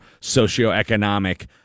socioeconomic